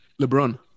LeBron